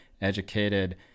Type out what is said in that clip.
educated